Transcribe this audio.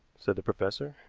said the professor.